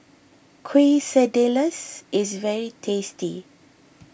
Quesadillas is very tasty